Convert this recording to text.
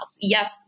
Yes